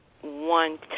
one